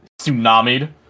tsunamied